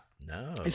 no